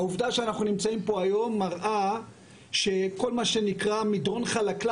העובדה שאנחנו נמצאים פה היום מראה שכל מה שנקרא מדרון חלקלק